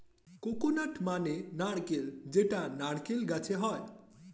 coconut মানে নারকেল যেটা নারকেল গাছে হয়